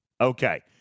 Okay